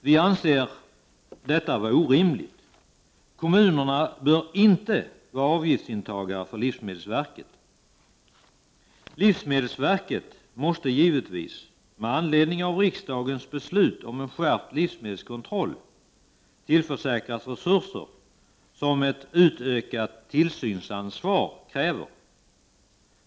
Det anser vi vara orimligt. Kommunerna bör inte vara avgiftsintagare för livsmedelsverket. Livsmedelsverket måste givetvis, med anledning av riksdagens beslut om en skärpt livsmedelskontroll, tillförsäkras de resurser som ett utökat tillsynsansvar kräver.